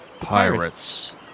pirates